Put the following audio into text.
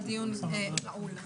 הישיבה נעולה.